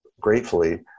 gratefully